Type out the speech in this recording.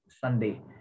Sunday